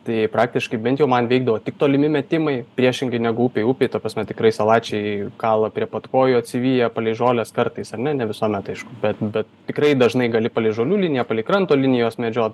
tai praktiškai bent jau man veikdavo tik tolimi metimai priešingai negu upėj upėj ta prasme tikrai salačiai kala prie pat kojų atsiviję palei žoles kartais ar ne ne visuomet aišku bet bet tikrai dažnai gali palei žolių liniją palei kranto liniją juos medžiot